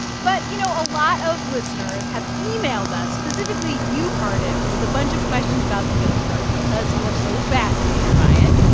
but, you know, a lot of listeners have emailed us, specifically you, cardiff, with a bunch of questions about the yield curve because you are so fascinated by it.